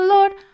Lord